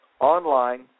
online